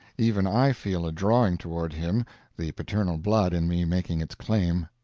even i feel a drawing toward him the paternal blood in me making its claim.